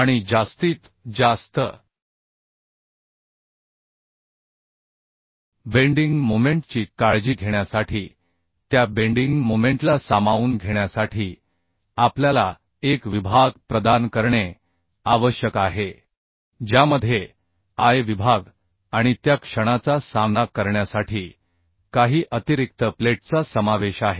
आणि जास्तीत जास्त बेंडिंग मोमेंट ची काळजी घेण्यासाठी त्या बेंडिंग मोमेंटला सामावून घेण्यासाठी आपल्याला एक विभाग प्रदान करणे आवश्यक आहे ज्यामध्ये I विभाग आणि त्या क्षणाचा सामना करण्यासाठी काही अतिरिक्त प्लेटचा समावेश आहे